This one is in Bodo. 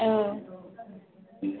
औ